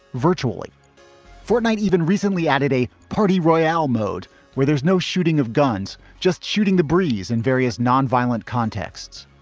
virtually fortnight, even recently added a party royale mode where there's no shooting of guns, just shooting the breeze and various nonviolent contexts,